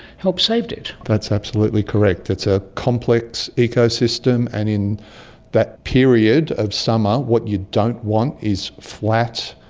helped save it. that's absolutely correct, it's a complex ecosystem, and in that period of summer what you don't want is flat,